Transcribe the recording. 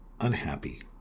unhappy